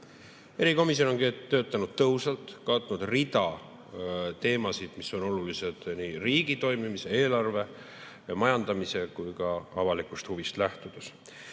Erikomisjon on töötanud tõhusalt, katnud rea teemasid, mis on olulised nii riigi toimimise, eelarve ja majandamise [seisukohast] kui ka avalikust huvist lähtudes. Lubage